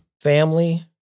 Family